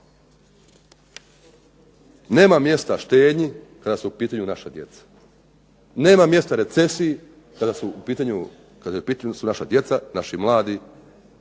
Nema mjesta štednji kada su u pitanju naša djeca. Nema mjesta recesiji kada su u pitanju naša djeca, naši mladi,